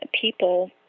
people